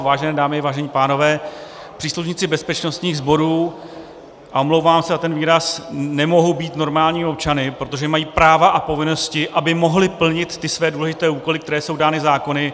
Vážené dámy, vážení pánové, příslušníci bezpečnostních sborů, a omlouvám se za ten výraz, nemohou být normálními občany, protože mají práva a povinnosti, aby mohli plnit ty své důležité úkoly, které jsou dány zákony.